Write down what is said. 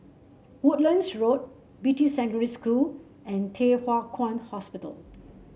Woodlands Road Beatty Secondary School and Thye Hua Kwan Hospital